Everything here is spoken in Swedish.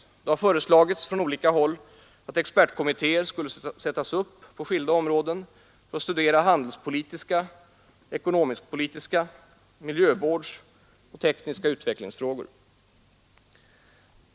Det har från olika håll föreslagits att expertkommittéer skulle sättas upp på skilda områden för att studera handelspolitiska, ekonomisk-politiska, miljövårdsoch tekniska utvecklingsfrågor.